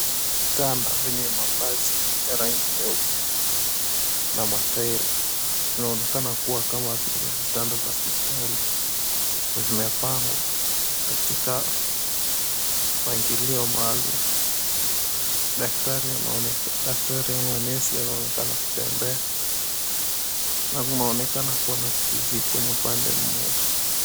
Vitanda venye mavazi ya rangi nyeupe na materi vinaonekana kama vitanda vya hospitali, vimepangwa katika, mpangilio maalum. Daktari ama nesi anaonekana kutembea, na kunaonekana kuwa na TV kwenye upande mmoja.